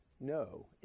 No